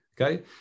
Okay